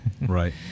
Right